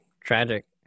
tragic